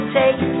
take